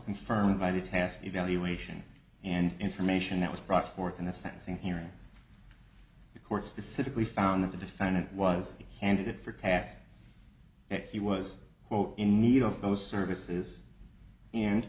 confirmed by the task evaluation and information that was brought forth in the sensing hearing the court specifically found that the defendant was a candidate for task that he was quote in need of those services and